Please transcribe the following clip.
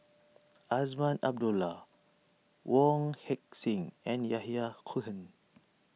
Azman Abdullah Wong Heck Sing and Yahya Cohen